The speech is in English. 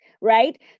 right